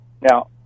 Now